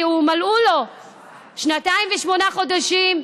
כשמלאו לו שנתיים ושמונה חודשים,